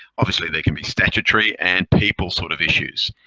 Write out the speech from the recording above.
obviously, they can be statutory and people sort of issues.